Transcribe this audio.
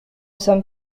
sommes